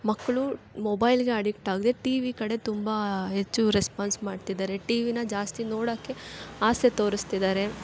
ಮಕ್ಕಳು ಮೊಬೈಲ್ಗೆ ಅಡಿಕ್ಟ್ ಆಗದೆ ಟಿ ವಿ ಕಡೆ ತುಂಬ ಹೆಚ್ಚು ರೆಸ್ಪಾನ್ಸ್ ಮಾಡ್ತಿದ್ದಾರೆ ಟಿ ವಿನ ಜಾಸ್ತಿ ನೋಡೋಕ್ಕೆ ಆಸೆ ತೋರಿಸ್ತಿದ್ದಾರೆ